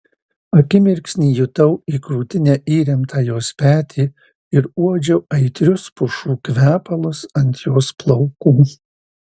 akimirksnį jutau į krūtinę įremtą jos petį ir uodžiau aitrius pušų kvepalus ant jos plaukų